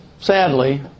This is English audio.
sadly